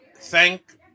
thank